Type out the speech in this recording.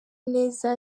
neza